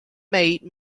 made